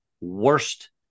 worst